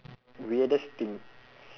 weirdest thing